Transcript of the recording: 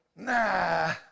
Nah